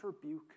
rebuke